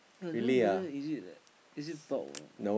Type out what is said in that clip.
I don't know whether is it is it bald or not